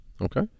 Okay